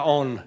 on